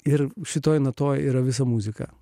ir šitoje nuo to yra visa muzika